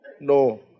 no